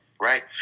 right